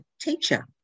teacher